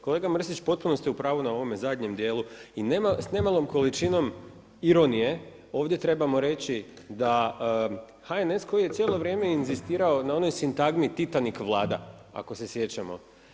Kolega Mrsić, potpuno ste u pravu na ovome zadnje djelu i s nemalom količinom ironije ovdje trebamo reći da HNS, koji je cijelo vrijeme inzistirao na onoj sintagmi titanik vlada, ako se sjećamo.